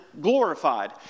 glorified